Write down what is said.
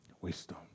Wisdom